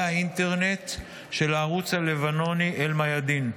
האינטרנט של הערוץ הלבנוני אל-מיאדין.